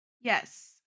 Yes